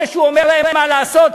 אלה שהוא אומר להם מה לעשות,